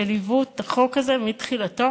שליוו את החוק הזה מתחילתו,